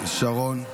שרון?